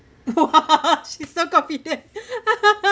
!wah! she's so confident